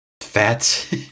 Fats